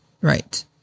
right